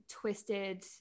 twisted